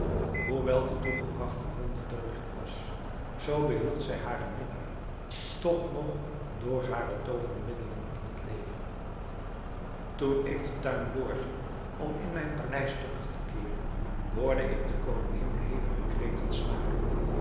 hoewel de toegebragte wonde doodelijk was zoo behield zij haren minnaar toch nog door hare toovermiddelen in het leven toen ik den tuin doorging om in mijn paleis terug te keeren hoorde ik de koningin hevige kreten slaken